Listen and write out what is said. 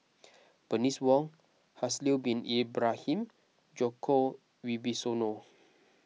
Bernice Wong Haslir Bin Ibrahim Djoko Wibisono